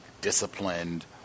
disciplined